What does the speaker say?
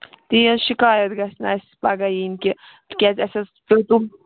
تی حظ شِکایَت گژھِ نہٕ اَسہِ پَگاہ یِنۍ کہِ تِکیٛازِ اَسہِ حظ پیٚیہِ کٔم کٔم